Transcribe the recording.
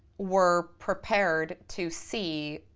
were prepared to see